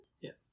Yes